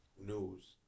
news